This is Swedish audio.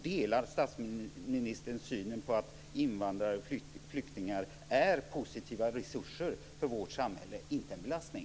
Delar statsministern synen på att invandrare och flyktingar är positiva resurser för vårt samhälle, inte en belastning?